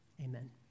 Amen